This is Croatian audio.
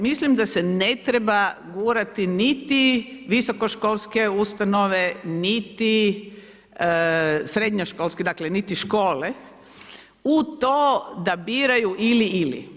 Mislim da se ne treba gurati niti visokoškolske ustanove niti srednjoškolske, dakle, niti škole u to da biraju ili-ili.